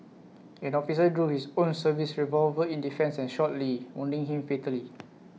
an officer drew his own service revolver in defence and shot lee wounding him fatally